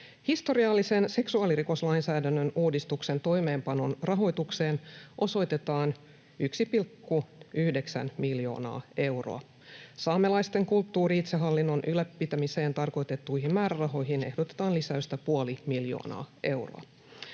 Historiallisen seksuaalirikoslainsäädännön uudistuksen toimeenpanon rahoitukseen osoitetaan 1,9 miljoonaa euroa. Saamelaisten kulttuuri-itsehallinnon ylläpitämiseen tarkoitettuihin määrärahoihin ehdotetaan lisäystä puoli miljoonaa euroa.